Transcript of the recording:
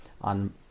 on